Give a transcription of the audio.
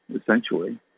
essentially